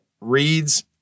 reads